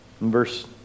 verse